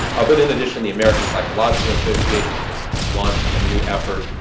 ah but in addition, the american psychological association has launched a new effort,